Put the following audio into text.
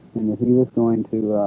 he was going to